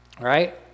right